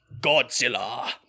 Godzilla